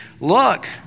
Look